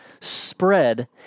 spread